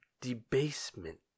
debasement